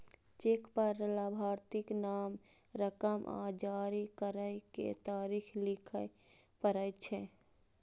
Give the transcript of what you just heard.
cheque पर लाभार्थीक नाम, रकम आ जारी करै के तारीख लिखय पड़ै छै